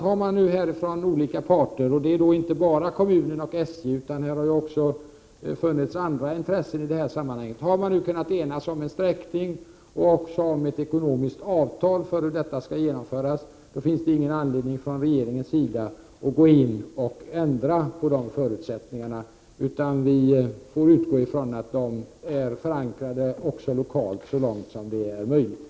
Har man från olika parter — och det är inte bara kommunen och SJ, utan det har också funnits andra intressen i detta sammanhang — kunnat enas om en sträckning och ett ekonomiskt avtal för hur denna skall genomföras, då finns ingen anledning för regeringen att gå in och ändra på förutsättningarna. Vi får utgå ifrån att de är förankrade också lokalt så långt som det är möjligt.